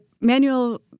Manual